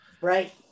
right